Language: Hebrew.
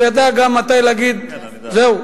וידע גם מתי להגיד זהו,